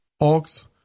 ox